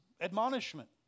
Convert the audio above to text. admonishment